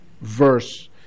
verse